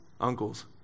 uncles